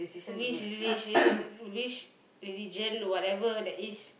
which rel~ which religion whatever that is